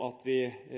at vi